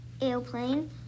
Airplane